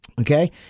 Okay